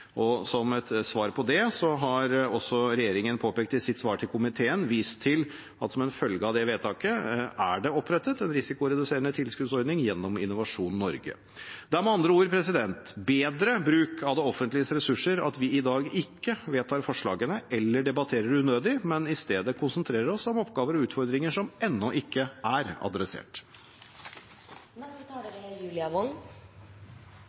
Som svar på det har regjeringen i sitt svar til komiteen vist til at det som en følge av det vedtaket er opprettet en risikoreduserende tilskuddsordning gjennom Innovasjon Norge. Det er med andre ord bedre bruk av det offentliges ressurser at vi i dag ikke vedtar forslagene eller debatterer unødig, men i stedet konsentrerer oss om oppgaver og utfordringer som ennå ikke er